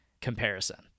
comparison